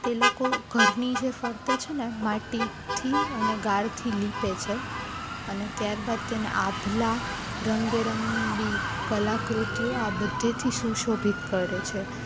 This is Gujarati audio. તે લોકો ઘરની જે ફરતે છે ને માટીથી અને ગારથી લીંપે છે અને ત્યારબાદ તેને આભલા રંગબેરંગી કલાકૃતિઓ આ બધેથી સુશોભિત કરે છે